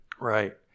Right